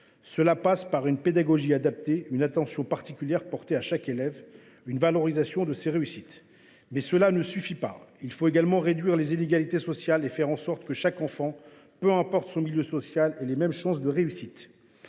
Cela passe par une pédagogie adaptée, une attention particulière portée à chaque élève, une valorisation de ses réussites, mais cela ne suffit pas, il faut également réduire les inégalités sociales et faire en sorte que chaque enfant, quel que soit son milieu social, ait les mêmes chances de réussite.